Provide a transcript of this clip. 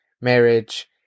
marriage